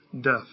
death